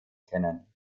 kennen